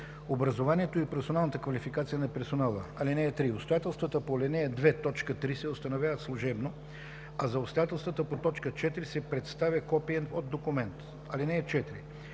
образованието и професионалната квалификация на персонала. (3) Обстоятелствата по ал. 2, т. 3 се установяват служебно, а за обстоятелствата по т. 4 се представя копие от документ.